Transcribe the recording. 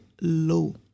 low